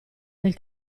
del